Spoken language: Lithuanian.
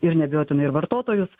ir neabejotinai ir vartotojus